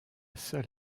seule